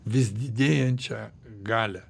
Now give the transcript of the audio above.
vis didėjančią galią